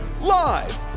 Live